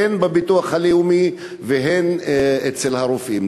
הן בביטוח הלאומי והן אצל הרופאים.